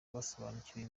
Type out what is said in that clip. basobanukiwe